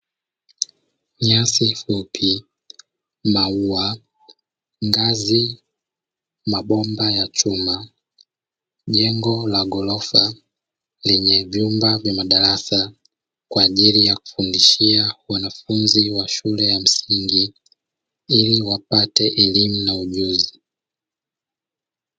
Nyasi fupi, maua, ngazi mabomba ya chuma. Jengo la gorofa lenye vyumba vya madarasa kwaajili yakufundishia wanafunzi wa shule ya msingi iliwapate elimu na ujuzi.